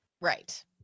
Right